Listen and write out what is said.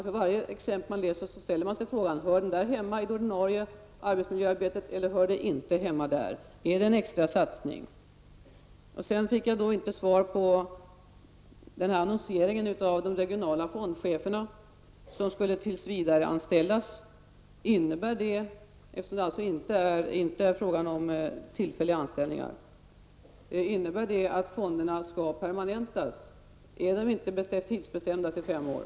För varje exempel ställer man sig frågan om det exemplet hör hemma i det ordinarie arbetsmiljöarbetet eller ej. Är det en extra satsning? Jag fick inte heller svar på frågan om annonseringen av de regionala fondcheferna som skulle tillsvidareanställas. Eftersom det inte är fråga om tillfälliga anställningar, innebär det att fonderna skall permanentas? Är de inte tidsbestämda till fem år?